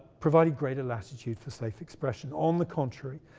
provided greater latitude for safe expression. on the contrary,